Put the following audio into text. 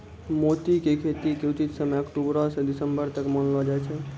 मोती के खेती के उचित समय अक्टुबरो स दिसम्बर तक मानलो जाय छै